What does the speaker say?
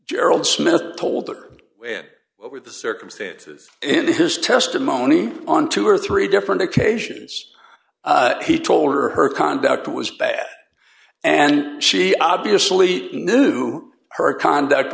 gerald smith told her what were the circumstances and his testimony on two or three different occasions he told her her conduct was bad and she obviously knew her conduct